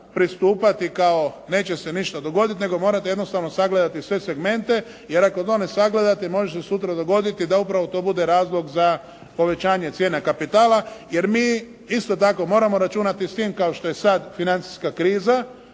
pristupati kao neće se ništa dogoditi nego morate jednostavno sagledati sve segmente, jer ako to ne sagledate može se sutra dogoditi da upravo to bude razlog za povećanje cijene kapitala, jer mi isto tako moramo računati s tim kao što je sada financijska kriza,